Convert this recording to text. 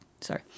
Sorry